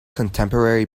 contemporary